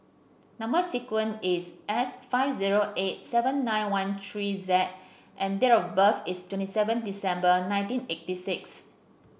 number sequence is S five zero eight seven nine one three Z and date of birth is twenty seven December nineteen eighty six